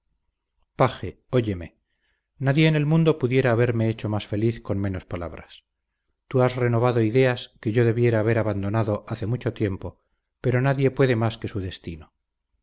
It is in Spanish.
paje óyeme nadie en el mundo pudiera haberme hecho más feliz con menos palabras tú has renovado ideas que yo debiera haber abandonado hace mucho tiempo pero nadie puede más que su destino